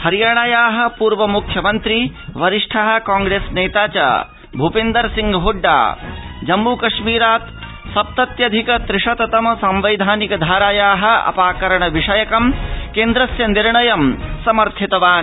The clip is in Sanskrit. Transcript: हरियाणायाः पूर्व मुख्यमन्त्री वरिष्ठः काँप्रेस नेता च भुपिन्दर सिंह हुड्डा जम्मू कश्मीरात् सप्तत्यधिक त्रिशत तम सांवैधानिक धारायाः अपाकरण विषयकं केन्द्रस्य निर्णयं समर्थितवान्